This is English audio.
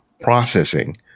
processing